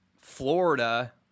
Florida